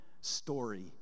story